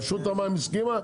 רשות המים הסכימה,